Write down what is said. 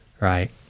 right